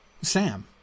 Sam